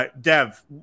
Dev